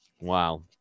Wow